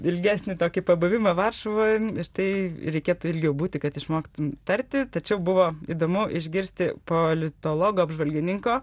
ilgesnį tokį pabuvimą varšuvoj ir tai reikėtų ilgiau būti kad išmoktum tarti tačiau buvo įdomu išgirsti politologo apžvalgininko